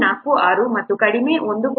46 ಮತ್ತು ಕಡಿಮೆ 1